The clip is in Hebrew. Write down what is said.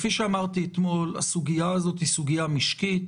כפי שאמרתי אתמול, הסוגיה הזאת היא סוגיה משקית,